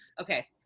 Okay